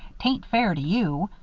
tain't fair to you.